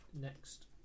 next